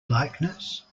likeness